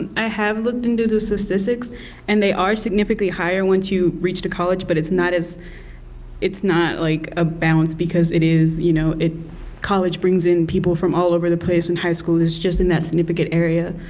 i have looked into the statistics and they are significantly higher once you reach college but it's not as it's not like a bounce because it is you know it college brings in people from all over the place and high school is just in that significant area.